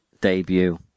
debut